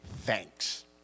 thanks